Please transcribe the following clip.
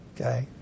okay